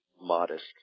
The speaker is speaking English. modest